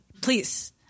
Please